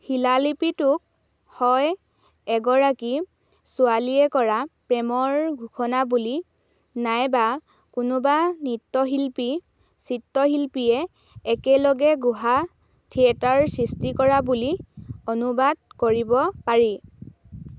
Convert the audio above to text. শিলালিপিটোক হয় এগৰাকী ছোৱালীয়ে কৰা প্ৰেমৰ ঘোষণা বুলি নাইবা কোনোবা নৃত্যশিল্পী চিত্ৰশিল্পীয়ে একেলগে গুহা থিয়েটাৰ সৃষ্টি কৰা বুলি অনুবাদ কৰিব পাৰি